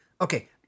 Okay